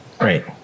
Right